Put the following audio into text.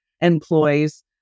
employees